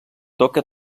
toca